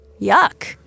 yuck